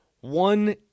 One